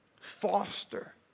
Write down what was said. foster